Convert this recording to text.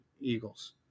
Eagles